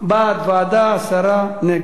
בעד, ועדה, הסרה, נגד.